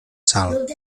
sal